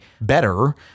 better